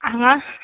हांगा